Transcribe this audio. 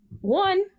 one